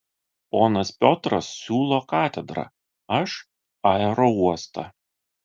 ponas piotras siūlo katedrą aš aerouostą